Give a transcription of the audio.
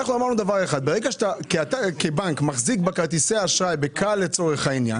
אתה כבנק מחזיק בכרטיסי האשראי ב-כאל לצורך העניין